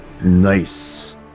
Nice